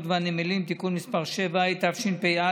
נגד, אחד.